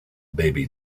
baby